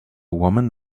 woman